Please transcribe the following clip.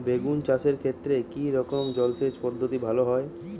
বেগুন চাষের ক্ষেত্রে কি রকমের জলসেচ পদ্ধতি ভালো হয়?